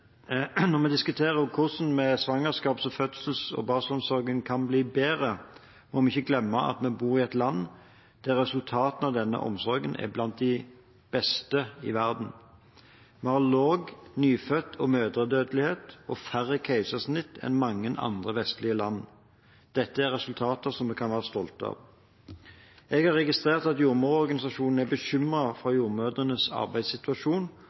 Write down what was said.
Når vi diskuterer hvordan svangerskaps-, fødsels- og barselomsorgen kan bli bedre, må vi ikke glemme at vi bor i et land der resultatene av denne omsorgen er blant de beste i verden. Vi har lav nyfødt- og mødredødelighet og færre keisersnitt enn mange andre vestlige land. Dette er resultater som vi kan være stolte av. Jeg har registrert at jordmororganisasjonen er bekymret for jordmødrenes arbeidssituasjon